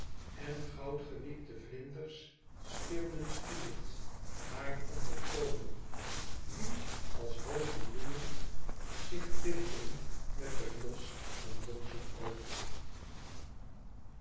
en goudgewiekte vlinders speelden stoeyend haar om de koonen die als rozen bloeyend zich tintten met den bios van donzig